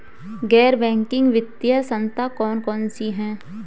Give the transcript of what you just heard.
गैर बैंकिंग वित्तीय संस्था कौन कौन सी हैं?